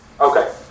Okay